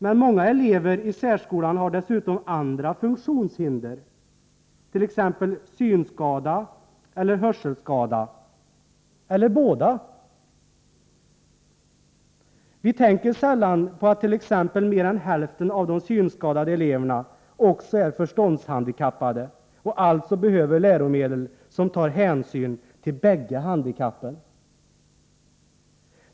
Men många elever i särskolan har dessutom andra funktionshinder, t.ex. synskada eller hörselskada, eller båda. Vi tänker sällan på att exempelvis mer än hälften av de synskadade eleverna också är förståndshandikappade och alltså behöver läromedel som tar hänsyn till båda handikappen.